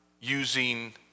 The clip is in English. using